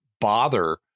bother